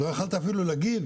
ולא יכולת אפילו להגיב